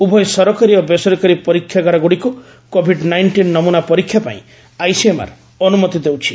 ଉଭୟ ସରକାରୀ ଓ ବେସରକାରୀ ପରୀକ୍ଷାଗାରଗୁଡ଼ିକୁ କୋଭିଡ୍ ନାଇଷ୍ଟିନ୍ ନମୁନା ପରୀକ୍ଷା ପାଇଁ ଆଇସିଏମ୍ଆର୍ ଅନୁମତି ଦେଉଛି